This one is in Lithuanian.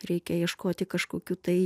reikia ieškoti kažkokių tai